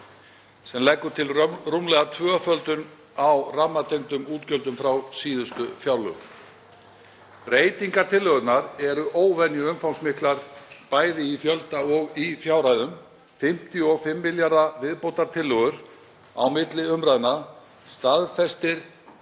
sem lögð er til rúmlega tvöföldun á rammatengdum útgjöldum frá síðustu fjárlögum. Breytingartillögurnar eru óvenjuumfangsmiklar, bæði í fjölda og í fjárhæðum. 55 milljarða kr. viðbótartillögur á milli umræðna staðfesta